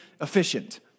efficient